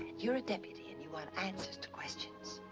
you're a deputy and you want answers to questions.